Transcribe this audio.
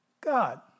God